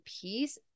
piece